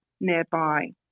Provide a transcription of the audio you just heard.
nearby